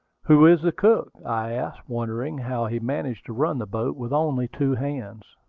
who is the cook? i asked, wondering how he managed to run the boat with only two hands.